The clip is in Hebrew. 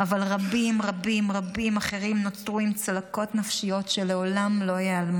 אבל רבים רבים אחרים נותרו עם צלקות נפשיות שלעולם לא ייעלמו.